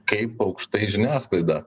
kaip aukštai žiniasklaida